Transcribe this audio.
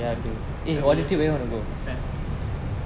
I guess sad